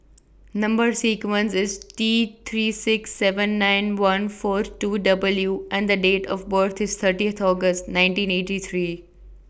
Number sequence IS T three six seven nine one four two W and The Date of birth IS thirtieth August nineteen eighty three